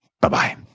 Bye-bye